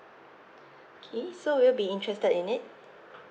okay so will you be interested in it